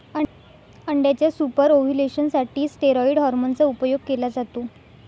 अंड्याच्या superovulation साठी steroid hormone चा उपयोग केला जातो